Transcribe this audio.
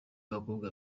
abakobwa